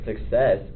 success